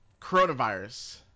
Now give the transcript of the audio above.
coronavirus